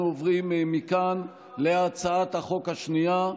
אנחנו עוברים מכאן להצעת החוק השנייה,